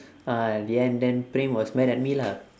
ah at the end then praem was mad at me lah